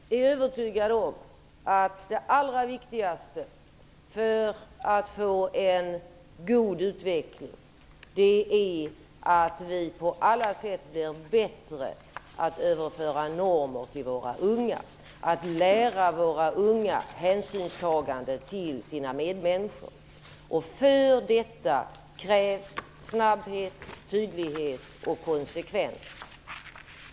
Fru talman! Jag är övertygad om att det allra viktigaste för att få en god utveckling är att vi på alla sätt blir bättre på att överföra normer till våra unga, att lära våra unga hänsynstagande till sina medmänniskor. För detta krävs snabbhet, tydlighet och konsekvens.